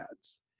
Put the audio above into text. ads